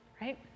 right